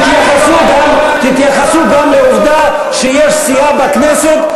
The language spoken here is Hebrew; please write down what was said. אומר: תתייחסו גם לעובדה שיש סיעה בכנסת,